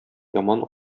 яман